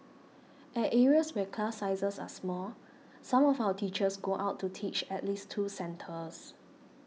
at areas where class sizes are small some of our teachers go out to teach at least two centres